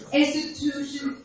institution